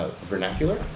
vernacular